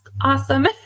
awesome